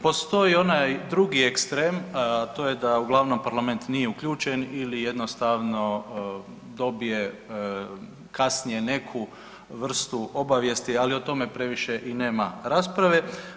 Postoji onaj drugi ekstrem a to je da uglavnom Parlament nije uključen ili jednostavno dobije kasnije neku vrstu obavijesti, ali o tome previše nema rasprave.